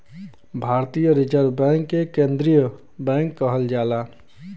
भारतीय reserve bank के केन्द्रीय बैंक कहल जाला